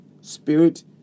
Spirit